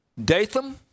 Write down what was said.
Datham